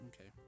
Okay